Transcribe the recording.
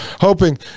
hoping